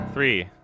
Three